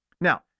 Now